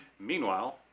Meanwhile